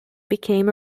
became